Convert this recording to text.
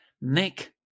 Nick